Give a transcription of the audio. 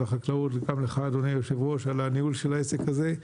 החקלאות וגם לך אדוני יושב הראש על הניהול של העסק הזה,